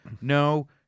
No